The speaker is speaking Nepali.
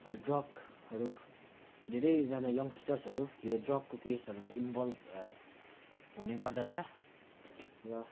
ड्रगहरू धेरैजना यङ्गस्टर्सहरू यो ड्रगको केसहरूमा इनभल्भ हुने गर्दछ र